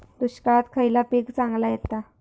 दुष्काळात खयला पीक चांगला येता?